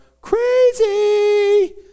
crazy